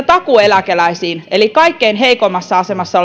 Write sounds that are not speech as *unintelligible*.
*unintelligible* takuueläkeläisille eli kaikkein heikoimmassa asemassa *unintelligible*